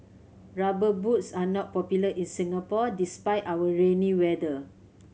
Rubber Boots are not popular in Singapore despite our rainy weather